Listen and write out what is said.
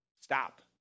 stop